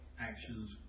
actions